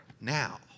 now